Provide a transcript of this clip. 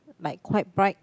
like quite bright